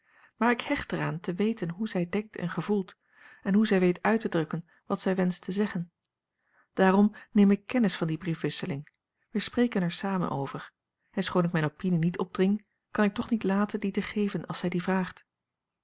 maar ik hecht er aan te weten hoe zij denkt en gevoelt en hoe zij weet uit te drukken wat zij wenscht te zeggen daarom neem ik kennis van die briefwisseling wij spreken er samen over en schoon ik mijne opinie niet opdring kan ik toch niet laten die te geven als zij die vraagt